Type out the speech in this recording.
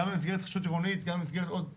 גם במסגרת התחדשות עירונית וגם כעוד נושאים,